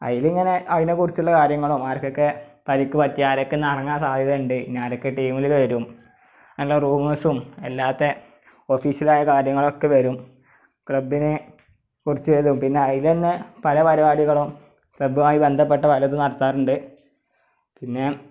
അതിലിങ്ങനെ അതിനെക്കുറിച്ചുള്ള കാര്യങ്ങളും ആർക്കൊക്കെ പരിക്ക് പറ്റി ആരൊക്കെ ഇന്ന് ഇറങ്ങാന് സാധ്യത ഉണ്ട് ഇന്ന് ആരൊക്കെ ടീമിൽ വരും അല്ല റൂമേസും അല്ലാത്ത ഒഫിഷ്യലായ കാര്യങ്ങളൊക്കെ വരും ക്ലബിനെ കുറിച്ച് ഏതും പിന്നെ അതിൽ തന്നെ പല പരിപാ ടികളും ക്ലബ്ബുമായി ബന്ധപ്പെട്ട പലതും നടത്താറുണ്ട് പിന്നെ